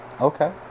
Okay